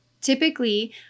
Typically